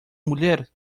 mulher